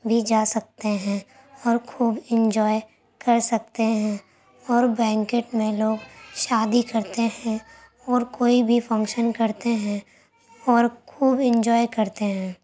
بھی جا سکتے ہیں اور خوب انجوائے کر سکتے ہیں اور بینکٹ میں لوگ شادی کرتے ہیں اور کوئی بھی فنگشن کرتے ہیں اور خوب انجوائے کرتے ہیں